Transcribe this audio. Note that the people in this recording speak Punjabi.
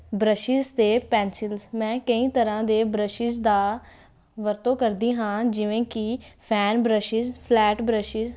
ਬਰਸ਼ਿਸ਼ ਅਤੇ ਪੈਨਸਿਲਸ ਮੈਂ ਕਈ ਤਰ੍ਹਾਂ ਦੇ ਬਰਸ਼ਿਸ਼ ਦਾ ਵਰਤੋਂ ਕਰਦੀ ਹਾਂ ਜਿਵੇਂ ਕਿ ਫੈਨ ਬ੍ਰਸ਼ਿਸ਼ ਫਲੈਟ ਬਰਸ਼ਿਸ